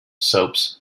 soaps